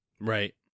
Right